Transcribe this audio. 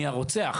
מי הרוצח,